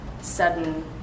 sudden